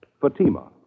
Fatima